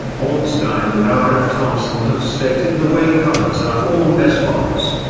ornstein and r. f. thompson have stated the way colors are formed as follows.